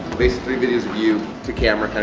place three videos of you to camera.